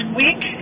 week